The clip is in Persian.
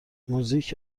موزیک